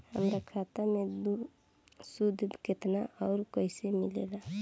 हमार खाता मे सूद केतना आउर कैसे मिलेला?